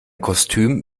kostüm